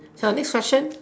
your next question